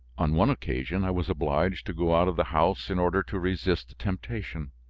on one occasion, i was obliged to go out of the house in order to resist the temptation.